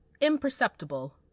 Imperceptible